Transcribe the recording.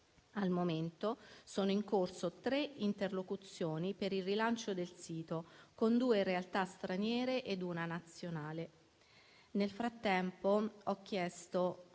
Al momento, sono in corso tre interlocuzioni per il rilancio del sito con due realtà straniere ed una nazionale. Nel frattempo, ho chiesto